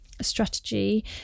strategy